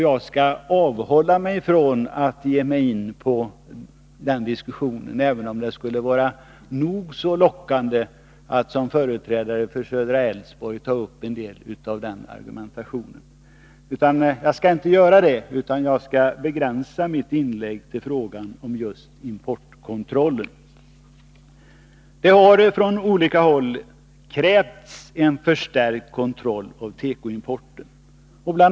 Jag skall avhålla mig från att ge mig in på den diskussionen, även om det skulle vara nog så lockande att som företrädare för södra Älvsborg ta upp en del av den argumentationen. Jag skall i stället begränsa mitt inlägg till frågan om importkontrollen. Det har från olika håll krävts en förstärkt kontroll av tekoimporten. Bl.